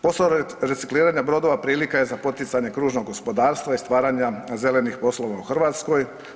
Posao recikliranja brodova prilika je za poticanje kružnog gospodarstva i stvaranja zelenih poslova u Hrvatskoj.